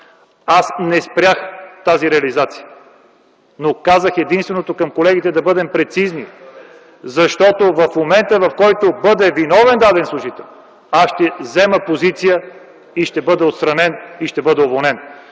Аз не спрях тази реализация, но казах единствено към колегите да бъдем прецизни, защото в момента, в който стана ясно, че даден служител е виновен, аз ще взема позиция и ще бъде отстранен, и ще бъде уволнен.